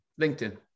LinkedIn